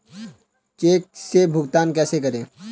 Check से भुगतान कैसे करें?